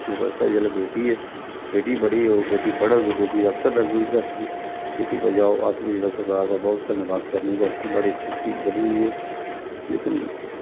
इस बास्तै जेल्लै बेटी ऐ बेटी बड़ी होग बेटी पढ़ग बेटी अफसर लगग बेटी बचाओ अस बी सरकार दा ब्हौत धन्नबाद करनें असें जी बड़ी अच्छी स्कीम कड्ढी दी ऐ लेकन